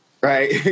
Right